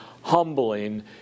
humbling